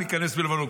ניכנס בלבנון.